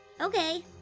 Okay